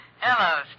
hello